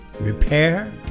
repair